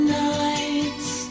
nights